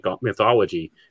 mythology